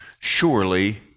surely